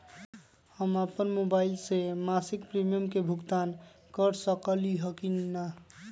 हम अपन मोबाइल से मासिक प्रीमियम के भुगतान कर सकली ह की न?